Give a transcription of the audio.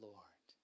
Lord